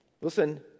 Listen